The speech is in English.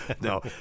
no